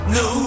no